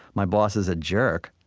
my boss is a jerk,